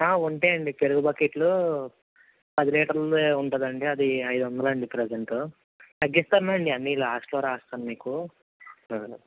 ఉంటాయండి పెరుగు బకెట్లు పది లీటర్లది ఉంటుంది అండి అది ఐదు వందలు అండి ప్రెసెంట్ తగ్గిస్తాను అండి అన్నీ లాస్ట్లో రాస్తాను మీకు